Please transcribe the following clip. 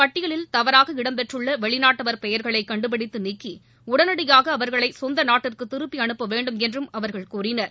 பட்டியலில் தவறாக இடம் பெற்றுள்ள வெளிநாட்டவர் பெயர்களை கண்டுபிடித்து நீக்கி உடனடியாக அவர்களை சொந்த நாட்டிற்கு திருப்பி அனுப்ப வேண்டும் என்றும் அவர்கள் கூறினர்